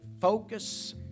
focus